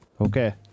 Okay